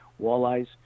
walleyes